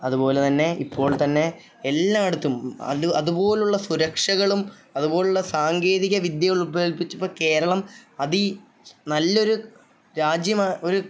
അതുപോലെ തന്നെ ഇപ്പോൾ തന്നെ എല്ലായിടത്തും അത് അതുപോലുള്ള സുരക്ഷകളും അതുപോലുള്ള സാങ്കേതിക വിദ്യകൾ ഉപയോഗിപ്പിച്ചു ഇപ്പം കേരളം അതിനും നല്ലൊരു രാജ്യമാണ് ഒരു